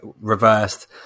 reversed